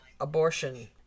abortion